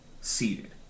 seated